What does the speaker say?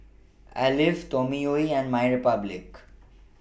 Alive Toyomi and My Republic